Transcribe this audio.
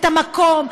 את המקום,